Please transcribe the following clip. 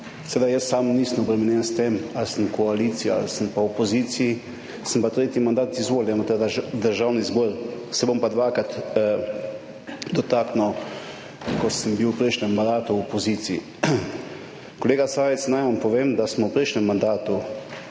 seveda jaz sam nisem obremenjen s tem ali sem koalicija ali sem pa opoziciji, sem pa tretji mandat izvoljen v ta Državni zbor, se bom pa dvakrat dotaknil, ko sem bil v prejšnjem mandatu v opoziciji. Kolega Sajovic, naj vam povem, da smo v prejšnjem mandatu,